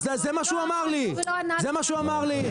זה מה שהוא אמר לי.